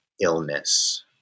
illness